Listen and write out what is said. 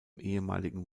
ehemaligen